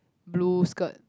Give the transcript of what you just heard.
blue skirt